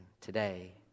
today